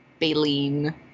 baleen